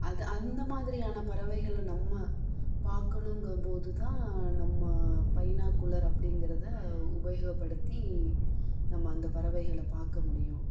அது அந்த மாதிரியான பறவைகளை நம்ம பார்க்கணும்ங்கபோது தான் நம்ம பைனாகுலர் அப்படிங்கிறத உபயோகபடுத்தி நம்ம அந்த பறவைகளை பார்க்க முடியும்